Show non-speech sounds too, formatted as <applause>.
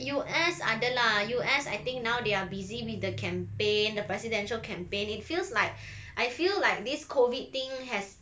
U_S ada lah U_S I think now they are busy with the campaign the presidential campaign it feels like <breath> I feel like this COVID thing has